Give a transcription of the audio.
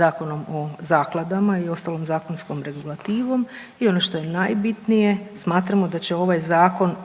Zakonom o zakladama i ostalom zakonskom regulativom i ono što je najbitnije smatramo da će ovaj zakon